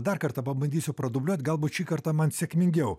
dar kartą pabandysiu pradubliuot galbūt šį kartą man sėkmingiau